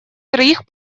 троих